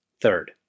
Third